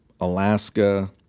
Alaska